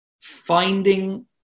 finding